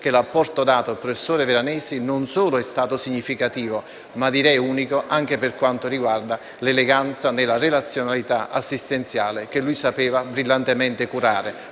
che l'apporto dato dal professor Veronesi sia stato, non solo significativo, ma direi unico anche per quanto riguarda l'eleganza nella relazionalità assistenziale che egli sapeva brillantemente curare,